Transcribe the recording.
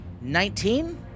Nineteen